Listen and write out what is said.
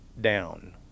down